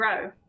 grow